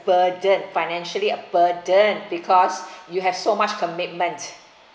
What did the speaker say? burden financially a burden because you have so much commitment